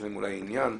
יש להן אולי עניין,